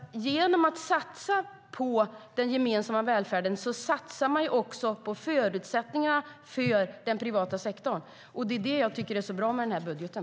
Genom att satsa på den gemensamma välfärden satsar man också på förutsättningarna för den privata sektorn. Det är detta jag tycker är så bra med den här budgeten.